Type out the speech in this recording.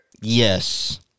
Yes